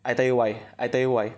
I tell you why I tell you why